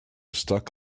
stuck